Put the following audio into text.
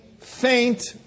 faint